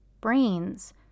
brains